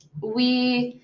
we